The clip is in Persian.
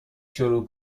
شروع